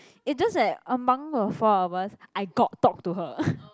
it just that among the four of us I got talk to her